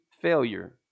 failure